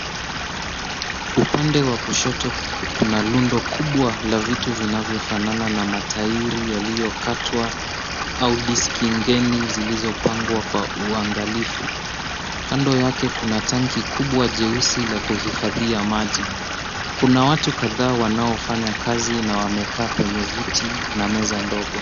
Upande wa kushoto kuna lundo kubwa la vitu vinavyofanana na matairi yaliyokatwa au diski ngeni zilizopangwa kwa uangalifu. Kando yake kuna tanki kubwa jeusi la kuhifadhia maji. Kuna watu kadhaa wanaofanya kazi na wamekaa kwenye viti na meza ndogo.